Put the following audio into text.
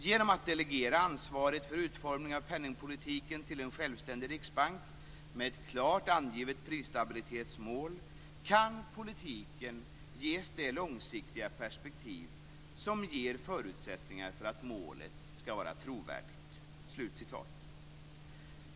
Genom att delegera ansvaret för utformningen av penningpolitiken till en självständig riksbank med ett klart angivet prisstabilitetsmål kan politiken ges det långsiktiga perspektiv som ger förutsättningar för att målet skall vara trovärdigt.